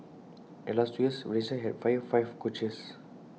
and in the last two years Valencia had fired five coaches